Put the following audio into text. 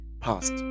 past